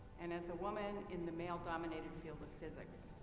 and as a woman in the male-dominated field of physics,